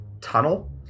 tunnel